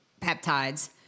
peptides